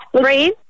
breathe